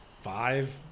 five